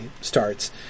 starts